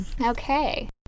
Okay